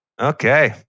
Okay